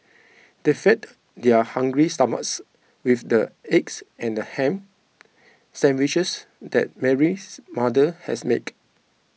they fed their hungry stomachs with the eggs and ham sandwiches that Mary's mother has make